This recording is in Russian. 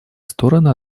стороны